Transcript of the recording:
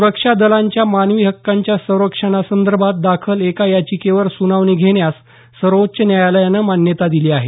सुरक्षा दलांच्या मानवी हकांच्या संरक्षणासंदर्भात दाखल एका याचिकेवर सुनावणी घेण्यास सर्वोच्च न्यायालयानं मान्यता दिली आहे